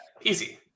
easy